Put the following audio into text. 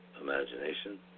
imagination